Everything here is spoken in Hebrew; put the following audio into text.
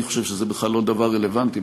אני חושב שזה בכלל לא דבר רלוונטי,